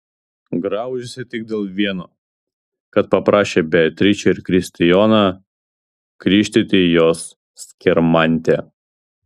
graužėsi tik dėl vieno kad paprašė beatričę ir kristijoną krikštyti jos skirmantę